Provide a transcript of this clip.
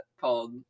called